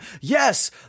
yes